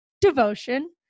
devotion